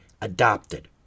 adopted